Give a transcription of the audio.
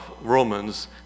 Romans